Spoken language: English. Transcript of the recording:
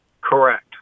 Correct